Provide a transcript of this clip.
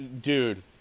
dude